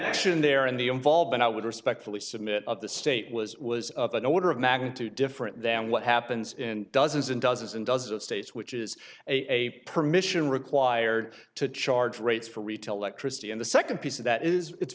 action there in the involved and i would respectfully submit of the state was was an order of magnitude different than what happens in dozens and dozens and dozens of states which is a permission required to charge rates for retail actressy in the second piece of that is it's